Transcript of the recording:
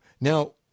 Now